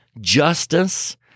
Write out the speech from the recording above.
justice